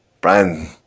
Brian